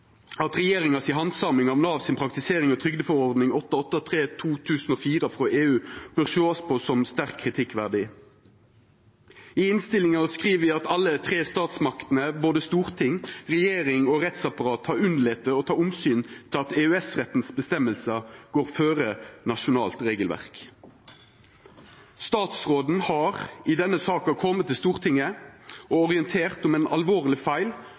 at regjeringa si handsaming av måten Nav har praktisert EU si trygdeforordning 883/2004 på, bør sjåast på som sterkt kritikkverdig. I innstillinga skriv me at alle dei tre statsmaktene – både storting, regjering og rettsapparat – har unnlate å ta omsyn til at føresegnene i EØS-retten går føre nasjonalt regelverk. Statsråden har i denne saka kome til Stortinget og orientert om ein alvorleg feil,